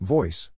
Voice